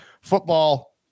football